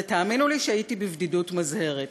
ותאמינו לי שהייתי בבדידות מזהרת.